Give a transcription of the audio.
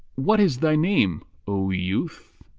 what is thy name, o youth?